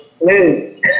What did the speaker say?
lose